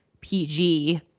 PG